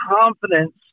confidence